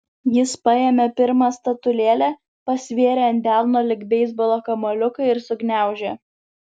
jis paėmė pirmą statulėlę pasvėrė ant delno lyg beisbolo kamuoliuką ir sugniaužė